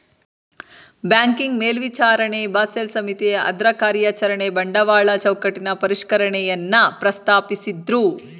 banking ಮೇಲ್ವಿಚಾರಣೆ Basel ಸಮಿತಿ ಅದ್ರಕಾರ್ಯಚರಣೆ ಬಂಡವಾಳ ಚೌಕಟ್ಟಿನ ಪರಿಷ್ಕರಣೆಯನ್ನ ಪ್ರಸ್ತಾಪಿಸಿದ್ದ್ರು